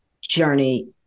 journey